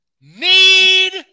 need